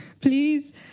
Please